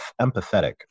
empathetic